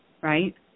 right